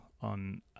on